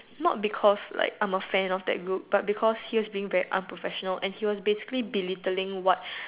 not because like I was a fan of that group but because he was being very unprofessional and he was basically belittling what